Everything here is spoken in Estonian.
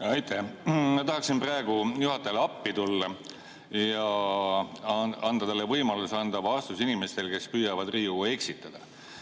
Aitäh! Tahaksin praegu juhatajale appi tulla ja anda talle võimaluse anda vastus inimestele, kes püüavad Riigikogu eksitada.